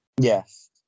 Yes